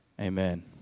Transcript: Amen